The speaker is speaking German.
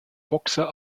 boxer